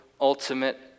ultimate